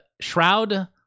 Shroud